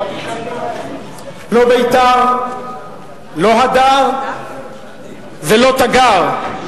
לא בית"ר, לא הדר ולא תגר.